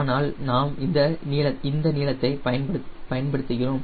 ஆனால் நாம் இந்த நீளத்தை பயன்படுத்துகிறோம்